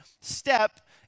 step